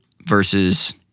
versus